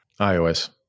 iOS